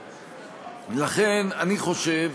לכן אני חושב,